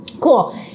cool